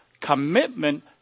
commitment